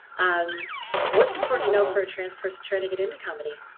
um what's important to know for a trans person trying to get into comedy?